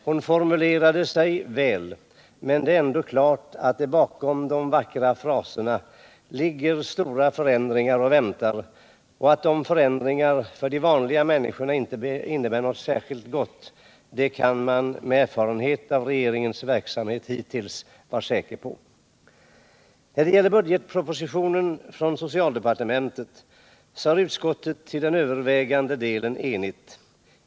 Hon formulerade sig väl, men det är ändå klart att det bakom de vackra fraserna ligger stora förändringar och väntar, och att dessa inte innebär något särskilt gott för de vanliga människorna kan man med erfarenhet av regeringens verksamhet hittills vara säker på. När det gäller budgetpropositionen i vad den avser socialdepartementet har utskottet till övervägande del varit enigt.